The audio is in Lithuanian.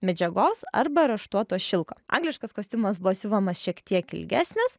medžiagos arba raštuoto šilko angliškas kostiumas buvo siuvamas šiek tiek ilgesnis